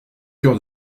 cœur